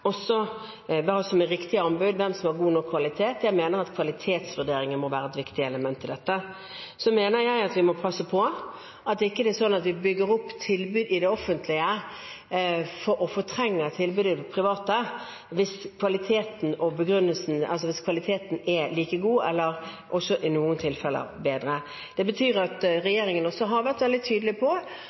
som er riktig anbud, hvem som har god nok kvalitet. Jeg mener at kvalitetsvurderinger må være et viktig element i dette. Så mener jeg at vi må passe på at det ikke er slik at vi bygger opp tilbud i det offentlige og fortrenger tilbud i det private hvis kvaliteten er like god, eller i noen tilfeller også bedre. Det betyr at regjeringen også har vært veldig tydelig på